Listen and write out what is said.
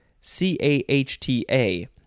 C-A-H-T-A